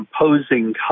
imposing